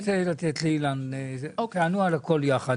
אתן לאילן לדבר ותענו על הכול ביחד.